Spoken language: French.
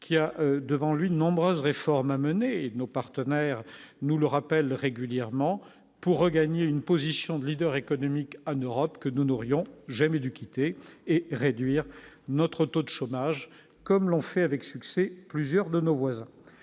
qu'il a devant lui de nombreuses réformes à mener et nos partenaires, nous le rappellent régulièrement pour regagner une position de leader économique en Europe, que nous n'aurions jamais dû quitter et réduire notre taux de chômage comme l'ont fait avec succès plusieurs de nos voisins,